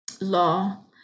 law